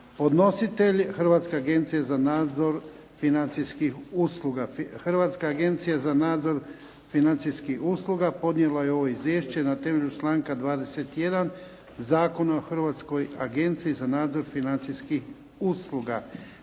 Podnositelj Hrvatska agencija za nadzor financijskih usluga. Hrvatska agencija za nadzor financijskih usluga podnijela je ovo izvješće na temelju članka 21. Zakona o Hrvatskoj agenciji za nadzor financijskih usluga.